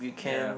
ya